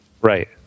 Right